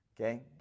Okay